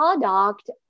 product